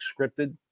scripted